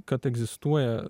kad egzistuoja